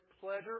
pleasure